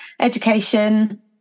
Education